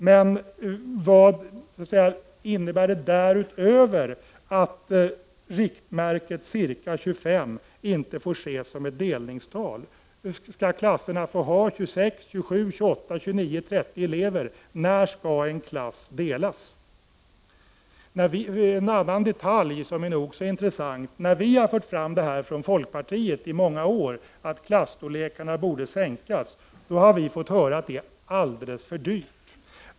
Men vad innebär det därutöver att riktmärket ”ca 25” inte får ses som ett delningstal? Skall klasserna få ha 26, 27, 28, 29 eller 30 elever? När skall en klass delas? En annan nog så intressant detalj är att när vi från folkpartiet under många år har argumenterat för att storleken på klasserna borde bli mindre, har vi fått höra att det är alldeles för dyrt.